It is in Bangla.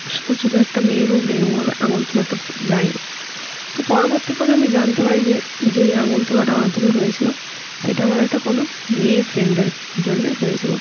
শুধু শুধু একটা মেয়ের উপরে এরকমভাবে আঙুল তোলা তো যায় নি তো পরবর্তীকালে আমি জানতে পারি যে যেই আঙুল তোলাটা আমার দিকে হয়েছিলো সেটা আমার একটা কোনো মেয়ে ফ্রেন্ডের জন্যই হয়েছিলো